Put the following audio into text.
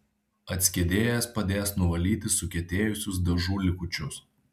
atskiedėjas padės nuvalyti sukietėjusius dažų likučius